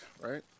Right